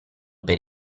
per